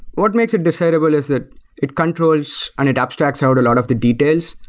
what makes it desirable is that it controls and it abstracts out a lot of the details,